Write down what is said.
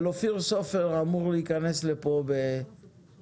אבל אופיר סופר אמור להיכנס לפה ב-9:25,